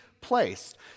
placed